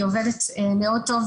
היא עובדת מאוד טוב,